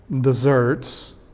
Desserts